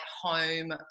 home